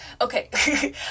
okay